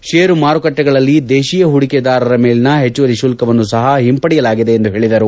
ಷೇರು ಮಾರುಕಟ್ಟೆಗಳಲ್ಲಿ ದೇಶೀಯ ಹೂಡಿಕೆದಾರರ ಮೇಲಿನ ಹೆಚ್ಚುವರಿ ಶುಲ್ಕವನ್ನು ಸಹ ಹಿಂಪಡೆಯಲಾಗಿದೆ ಎಂದು ತಿಳಿಸಿದರು